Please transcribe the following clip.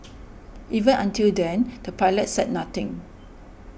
even until then the pilots said nothing